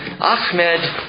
Ahmed